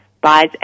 buys